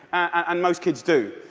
and most kids do.